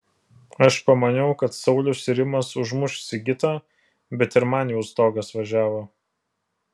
aš pamaniau kad saulius ir rimas užmuš sigitą bet ir man jau stogas važiavo